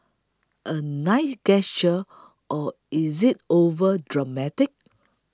a nice gesture or is it overly dramatic